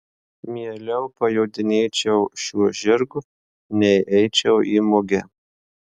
mieliau pajodinėčiau šiuo žirgu nei eičiau į mugę